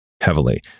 heavily